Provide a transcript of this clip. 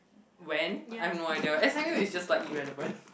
when I have no idea s_m_u is just like irrelevant